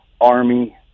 army